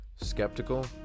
Skeptical